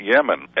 Yemen